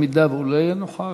אם הוא לא יהיה נוכח,